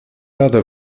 other